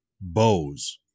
bows